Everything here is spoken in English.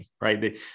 right